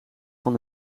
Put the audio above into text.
van